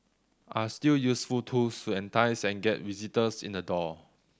are still useful tools to entice and get visitors in the door